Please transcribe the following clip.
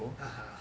(uh huh)